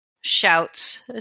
shouts